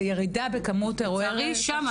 וירידה בכמות אירועי הרצח,